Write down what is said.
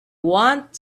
want